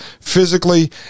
physically